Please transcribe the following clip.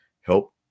help